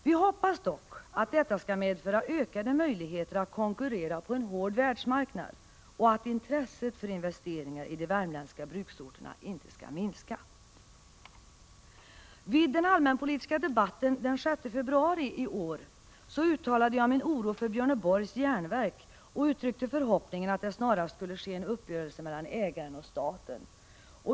Vi hoppas dock att detta skall medföra ökade möjligheter att konkurrera på en hård världsmarknad och att intresset för investeringar i de värmländska bruksorterna inte skall minska. Vid den allmänpolitiska debatten den 6 februari i år framförde jag min oro för Björneborgs järnverk och uttalade förhoppningen att det snarast skulle ske en uppgörelse mellan ägaren och staten.